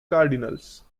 cardinals